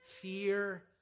fear